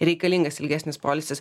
reikalingas ilgesnis poilsis